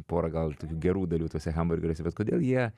pora gal tokių gerų dalių tuose kambariuose bet kodėl jie